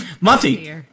Monty